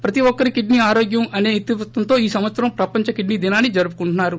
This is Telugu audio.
ప్రతి ఒక్కరి కిడ్సీ ఆరోగ్యం అనే ఇతివృత్తంతో ఈ సంవత్సర ప్రపంచ కిడ్సీ దినాన్ని జరుపుకుంటున్నారు